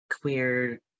queer